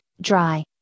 dry